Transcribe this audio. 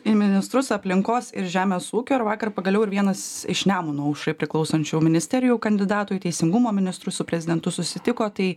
į ministrus aplinkos ir žemės ūkio ir vakar pagaliau ir vienas iš nemuno aušrai priklausančių ministerijų kandidatų į teisingumo ministrus su prezidentu susitiko tai